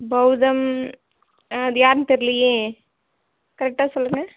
பௌதம் அது யாருன்னு தெரியிலையே கரெக்ட்டாக சொல்லுங்கள்